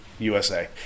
USA